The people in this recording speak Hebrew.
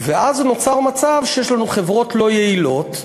ואז נוצר מצב שיש לנו חברות לא יעילות,